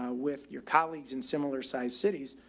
ah with your colleagues in similar sized cities,